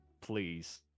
please